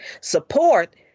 support –